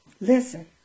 listen